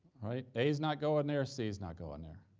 right? a's not going there, c's not going there.